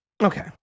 okay